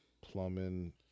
Plumbing